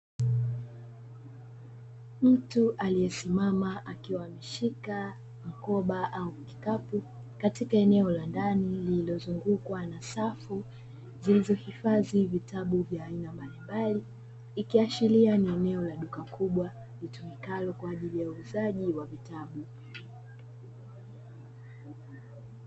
Mtu aliyesimama akiwa ameshika mkoba au kikapu katika eneo la ndani lililozungukwa na safu zilizohifadhi vitabu vya aina mbalimbali ikiashiria ni eneo la duka kubwa litumikalo kwa ajili ya uuzaji wa vitabu.